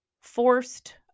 forced